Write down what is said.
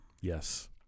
Yes